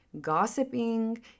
gossiping